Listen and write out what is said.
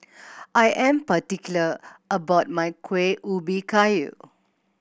I am particular about my Kueh Ubi Kayu